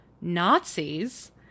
Nazis